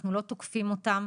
אנחנו לא תוקפים אותן,